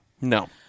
No